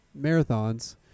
marathons